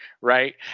right